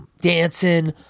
dancing